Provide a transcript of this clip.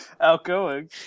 outgoing